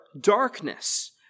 darkness